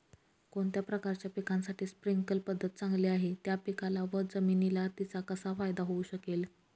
कोणत्या प्रकारच्या पिकासाठी स्प्रिंकल पद्धत चांगली आहे? त्या पिकाला व जमिनीला तिचा कसा फायदा होऊ शकेल?